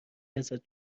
ازت